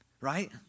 right